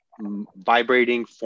vibrating